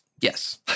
yes